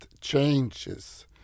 changes